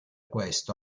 questo